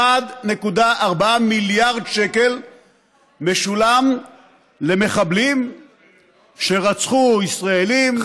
1.4 מיליארד שקל משולם למחבלים שרצחו ישראלים,